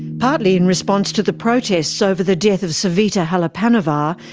partly in response to the protests over the death of savita halappanavar,